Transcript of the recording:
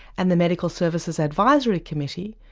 and the medical services advisory committee,